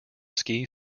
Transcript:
ski